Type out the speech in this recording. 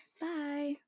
Bye